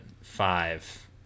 five